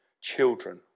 children